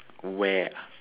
where ah